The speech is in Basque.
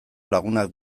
lagunak